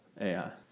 AI